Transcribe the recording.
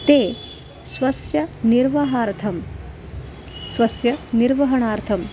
ते स्वस्य निर्वहणार्थं स्वस्य निर्वहणार्थं